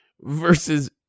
versus